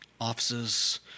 offices